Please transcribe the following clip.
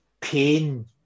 pain